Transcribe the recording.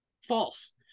false